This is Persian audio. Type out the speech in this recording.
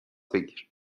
بگیر